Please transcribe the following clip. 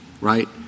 right